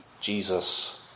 Jesus